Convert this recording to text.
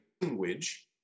language